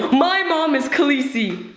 my mom is khaleesi.